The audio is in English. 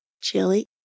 chili